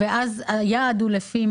היעד?